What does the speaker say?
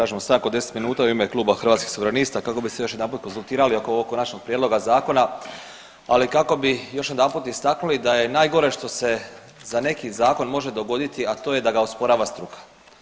Tražimo stanku od 10 minuta u ime Kluba Hrvatskih suverenista kako bi se još jedanput konzultirali oko ovog konačnog prijedloga zakona, ali i kako bi još jedanput istaknuli da je najgore što se za neki zakon može dogoditi, a to je da ga osporava struka.